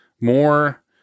More